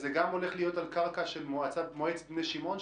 זה בכלל הולך להיות על קרקע של בני שמעון.